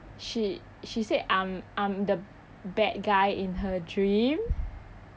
she she said I'm I'm the bad guy in her dream